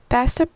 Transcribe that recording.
Best